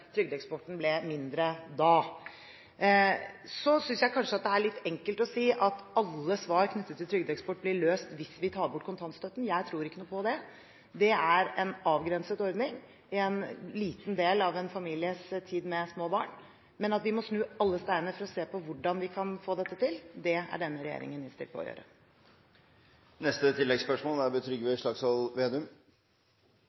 trygdeeksporten ble mindre da. Så synes jeg kanskje at det er litt enkelt å si at alle utfordringer knyttet til trygdeeksport blir løst hvis vi tar bort kontantstøtten. Jeg tror ikke noe på det. Det er en avgrenset ordning, en liten del av en families tid med små barn. Men at vi må snu alle steiner for å se på hvordan vi kan få dette til, er denne regjeringen innstilt på å gjøre. Trygve Slagsvold Vedum – til oppfølgingsspørsmål. Den store suksessen i det norske arbeidsmarkedet er